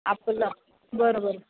आपलं बरं बरं